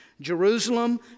Jerusalem